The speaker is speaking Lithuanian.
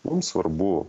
mums svarbu